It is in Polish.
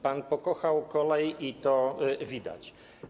Pan pokochał kolej, i to widać.